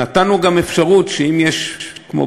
נתנו גם אפשרות שאם יש מישהו,